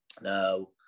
Now